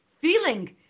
feeling